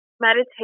meditation